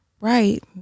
right